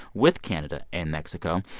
with canada and mexico.